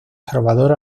salvador